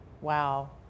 wow